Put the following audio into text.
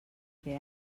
què